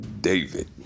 David